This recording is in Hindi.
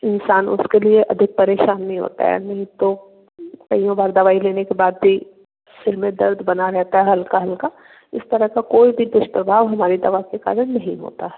इंसान उसके लिए अधिक परेशान नहीं होता है नहीं तो कइयों बार दवाई लेने के बाद भी सर में दर्द बना रहता है हल्का हल्का इस तरह का कोई भी दुष्प्रभाव हमारी दवा के कारण नहीं होता